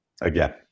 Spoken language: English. Again